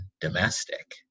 domestic